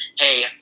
Hey